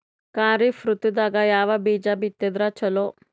ಖರೀಫ್ ಋತದಾಗ ಯಾವ ಬೀಜ ಬಿತ್ತದರ ಚಲೋ?